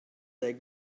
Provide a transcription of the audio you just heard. they